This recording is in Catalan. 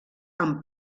amb